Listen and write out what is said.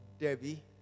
Derby